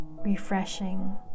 refreshing